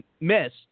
miss